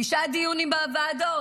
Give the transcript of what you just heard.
תשעה דיונים בוועדות,